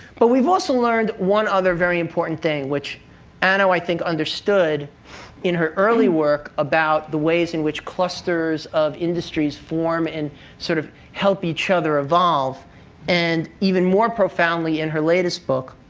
but we've also learned one other very important thing, which anna, i think, understood in her early work about the ways in which clusters of industries form and sort of help each other evolve and, even more profoundly, in her latest book.